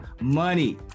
money